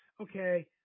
okay